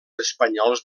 espanyols